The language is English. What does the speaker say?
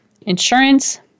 insurance